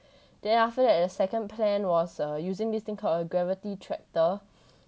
then after that the second plan was uh using this thing called a gravity tractor